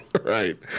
Right